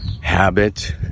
Habit